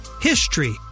HISTORY